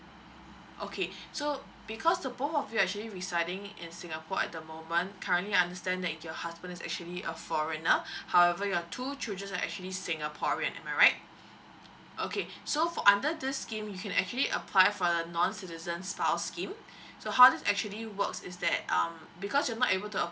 okay so because the both of you are actually residing in singapore at the moment currenty I understand that your husband is actually a foreigner however your two children are actually singaporean am I right okay so for under this scheme you can actually apply for a non citizen spouse scheme so how's this actually work is that um because you're not able to apply